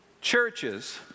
churches